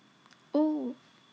oh